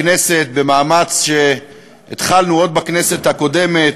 בכנסת, במאמץ שהתחלנו עוד בכנסת הקודמת,